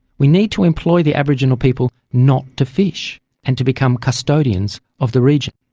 we need to employ the aboriginal people not to fish and to become custodians of the region.